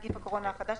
נגיף הקורונה החדש),